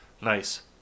Nice